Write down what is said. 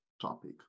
topic